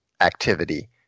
activity